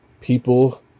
people